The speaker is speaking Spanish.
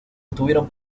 estuvieron